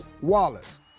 Wallace